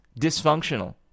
dysfunctional